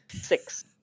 Six